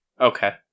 Okay